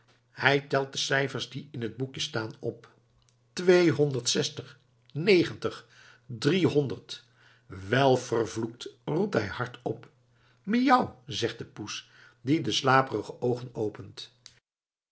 hij telt de cijfers die in het boekje staan op twee honderd zestig negentig drie honderd wel vervloekt roept hij hardop miauw zegt de poes die de slaperige oogen opent